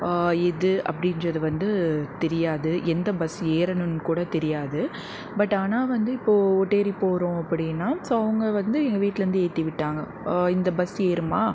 எது அப்படின்றது வந்து தெரியாது எந்த பஸ்ஸு ஏறணும்னு கூட தெரியாது பட் ஆனால் வந்து இப்போது ஓட்டேரி போகிறோம் அப்படின்னா ஸோ அவங்க வந்து எங்கள் வீட்டிலந்து ஏற்றி விட்டாங்கள் இந்த பஸ்ஸு ஏறுமா